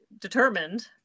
determined